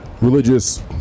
religious